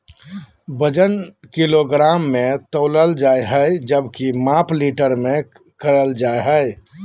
वजन किलोग्राम मे तौलल जा हय जबकि माप लीटर मे करल जा हय